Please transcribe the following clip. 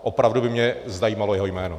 Opravdu by mě zajímalo jeho jméno.